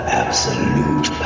absolute